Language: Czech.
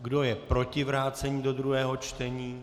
Kdo je proti vrácení do druhého čtení?